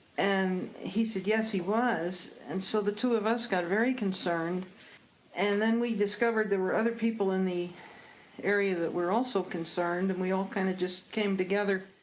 and, he said yes he was and so the two of us got very concerned and then we discovered there were other people in the area that were also concerned and we all kind of just came together.